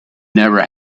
never